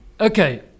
okay